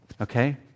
okay